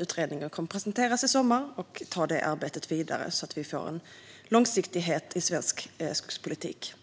utredningen kommer att presenteras i sommar och emot att ta det arbetet vidare så att vi får en långsiktighet i svensk skogspolitik.